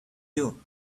you